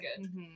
good